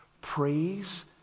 praise